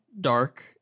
dark